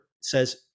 says